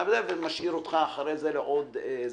אתה בא לצפות בספורט וזה משאיר אותך אחרי כן לצפות בעוד תוכניות.